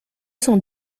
cent